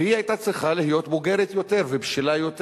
והיא היתה צריכה להיות בוגרת יותר ובשלה יותר,